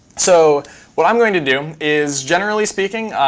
so what i'm going to do is, generally speaking,